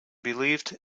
believed